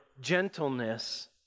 gentleness